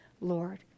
Lord